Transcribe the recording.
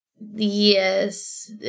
Yes